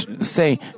say